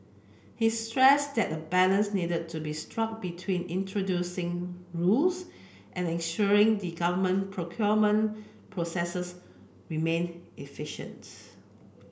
he stressed that a balance needed to be struck between introducing rules and ensuring the government procurement processes remain efficient